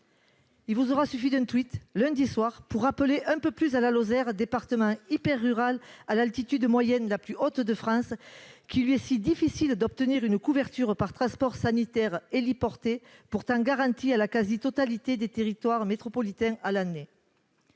Il vous aura suffi d'un, lundi soir, pour rappeler un peu plus à la Lozère, département hyper-rural à l'altitude moyenne la plus haute de France, qu'il lui est si difficile d'obtenir une couverture par transport sanitaire héliporté, pourtant garantie à la quasi-totalité des territoires métropolitains à l'année.